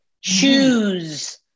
choose